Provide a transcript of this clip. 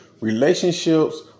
relationships